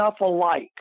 alike